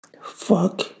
Fuck